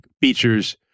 features